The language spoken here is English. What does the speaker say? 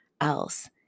else